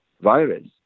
virus